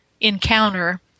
encounter